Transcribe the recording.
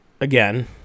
again